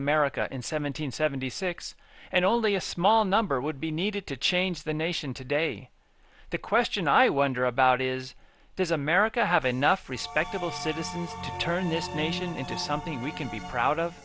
america in seven hundred seventy six and only a small number would be needed to change the nation today the question i wonder about is does america have enough respectable citizens to turn this nation into something we can be proud of